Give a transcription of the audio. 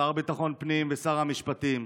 לשר ביטחון הפנים ולשר המשפטים,